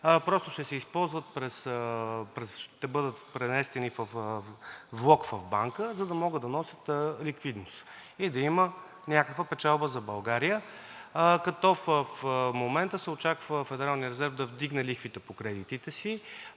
просто ще бъдат преместени във влог в банка, за да могат да носят ликвидност и да има някаква печалба за България, като в момента се очаква Федералният резерв да вдигне лихвите по кредитите си,